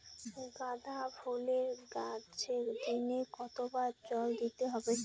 গাদা ফুলের গাছে দিনে কতবার জল দিতে হবে?